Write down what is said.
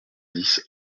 dix